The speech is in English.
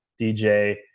DJ